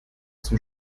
zum